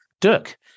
Dirk